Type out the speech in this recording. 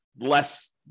less